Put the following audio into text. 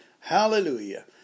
Hallelujah